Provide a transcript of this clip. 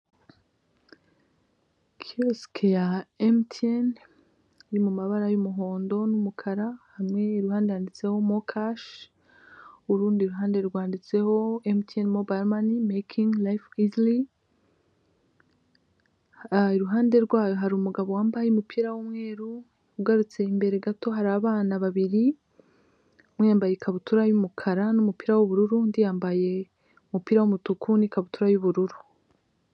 Abanyamagare bari mu isiganwa, bari mu muhanda wa kaburimbo wo mu karere k'i Muhanga, ukikijwe n'ibiti ndetse n'abantu bashungereye bari kureba amarushanwa.